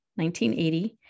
1980